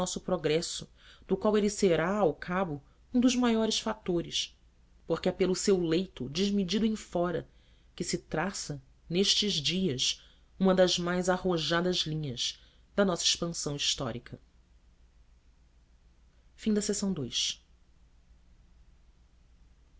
nosso progresso do qual ele será ao cabo um dos maiores fatores porque é pelo seu leito desmedido em fora que se traça nestes dias uma das mais arrojadas linhas da nossa expansão histórica um